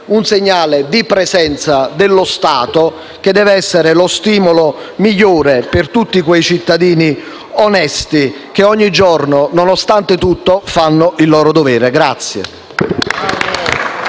un segnale di presenza dello Stato, che deve essere lo stimolo migliore per tutti quei cittadini onesti che ogni giorno, nonostante tutto, fanno il loro dovere.